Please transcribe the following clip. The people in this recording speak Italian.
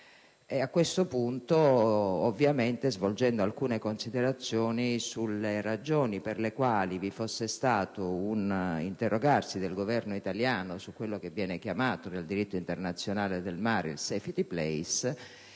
di Montego Bay e, svolgendo alcune considerazioni sulle ragioni per le quali vi fosse stato un interrogarsi del Governo italiano su quello che viene chiamato nel diritto internazionale del mare *safety place*,